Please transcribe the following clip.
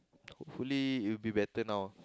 hopefully it will be better now